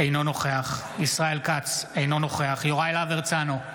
אינו נוכח ישראל כץ, אינו נוכח יוראי להב הרצנו,